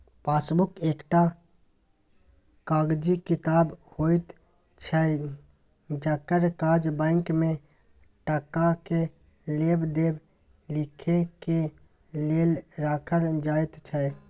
passbook एकटा कागजी किताब होइत छै जकर काज बैंक में टका के लेब देब लिखे के लेल राखल जाइत छै